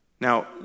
Now